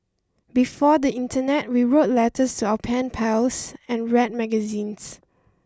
before the internet we wrote letters to our pen pals and read magazines